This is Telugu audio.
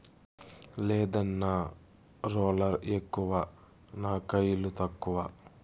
లేదన్నా, రోలర్ ఎక్కువ నా కయిలు తక్కువ